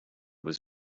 was